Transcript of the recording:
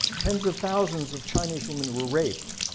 tens of thousands of chinese women were raped,